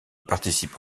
participe